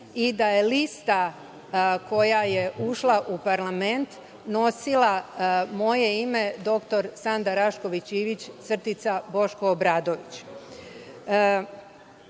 i da je lista koja je ušla u parlament nosila moje ime dr Sanda Rašković Ivić – Boško Obradović. Dalje,